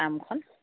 ফাৰ্মখন